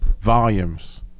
volumes